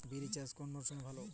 বিরি চাষ কোন মরশুমে ভালো হবে?